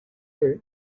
ray